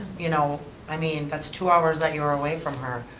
you know, i mean that's two hours that you're away from her,